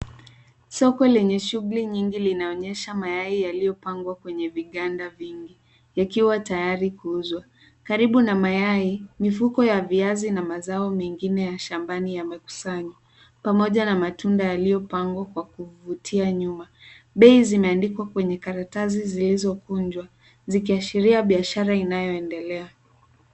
Soko lenye shughuli nyingi linaonyesha mayai yaliyopangwa kwenye viganda vingi yakiwa tayari kuuzwa. Karibu na mayai mifuko ya viazi na mazao mengine ya shambani yamekusanywa pamoja na matunda yaliyopangwa kwa kuvutia nyuma. Bei zimeandikwa kwenye karatasi zilizokunjwa zikiashiria biashara inayoendelea.